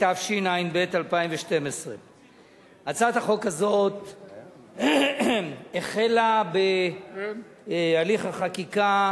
התשע"ב 2012. תהליך החקיקה